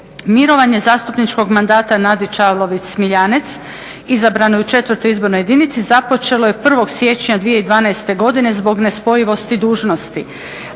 Mirovanje zastupničkog mandata Nadi Čavlović-Smiljance izabranoj u 4. izbornoj jedinici započelo je 01. siječnja 2012. godine zbog nespojivosti dužnosti.